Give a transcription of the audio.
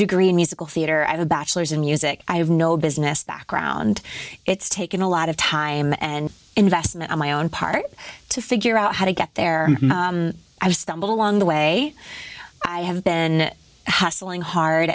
degree in musical theater i've a bachelor's in music i have no business background it's taken a lot of time and investment on my own part to figure out how to get there i just stumble along the way i have been hustling hard